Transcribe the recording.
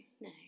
no